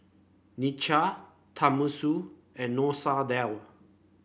Nacho Tenmusu and Masoor Dal